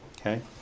Okay